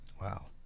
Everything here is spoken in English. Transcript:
wow